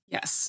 Yes